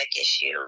issue